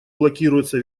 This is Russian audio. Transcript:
блокируется